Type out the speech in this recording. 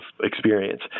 experience